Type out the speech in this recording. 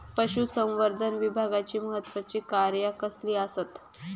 पशुसंवर्धन विभागाची महत्त्वाची कार्या कसली आसत?